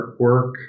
artwork